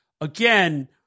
Again